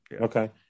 Okay